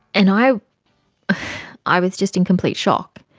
and i i was just in complete shock.